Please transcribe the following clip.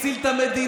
הציל את המדינה,